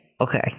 Okay